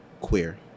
queer